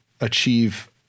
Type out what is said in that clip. achieve